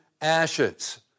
ashes